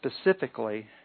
specifically